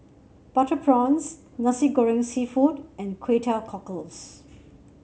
Butter Prawns Nasi Goreng seafood and Kway Teow Cockles